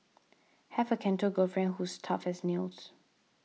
have a Canto girlfriend who's tough as nails